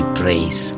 praise